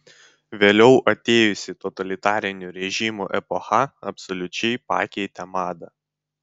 vėliau atėjusi totalitarinių režimų epocha absoliučiai pakeitė madą